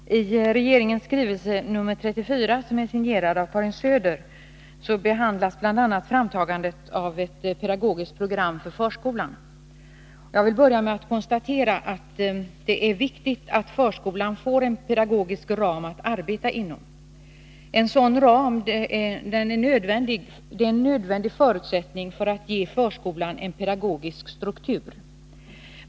Herr talman! I regeringens skrivelse nr 34, som är signerad av Karin Söder, Onsdagen den behandlas bl.a. framtagandet av ett pedagogiskt program för förskolan. 15 december 1982 Jag vill börja med att konstatera att det är viktigt att förskolan får en pedagogisk ram att arbeta inom. En sådan ram är en nödvändig förutsättning för att ge förskolan en pedagogisk struktur.